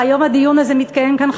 והיום הדיון הזה מתקיים כאן,